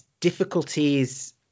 difficulties